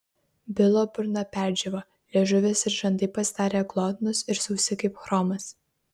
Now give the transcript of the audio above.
bilo burna perdžiūvo liežuvis ir žandai pasidarė glotnūs ir sausi kaip chromas